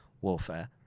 warfare